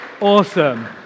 Awesome